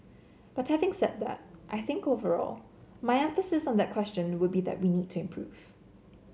but having said that I think overall my emphasis on that question would be that we need to improve